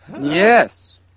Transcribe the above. Yes